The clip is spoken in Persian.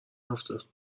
نیفتاد